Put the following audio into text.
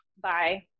Bye